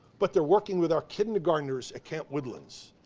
but they're working with our kindergartners at camp woodlands,